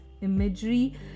imagery